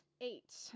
Eight